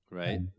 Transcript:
right